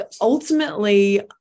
ultimately